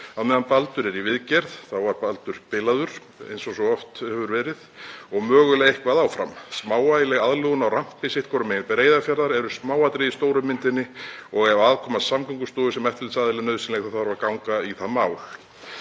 á meðan Baldur er í viðgerð“ — þá var Baldur bilaður eins og svo oft hefur verið — „og mögulega eitthvað áfram. Smávægileg aðlögun á rampi sitthvorum megin Breiðafjarðar er smáatriði í stóru myndinni og ef aðkoma Samgöngustofu sem eftirlitsaðila er nauðsynleg, þá þarf að ganga í það mál.“